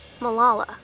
Malala